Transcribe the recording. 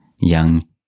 young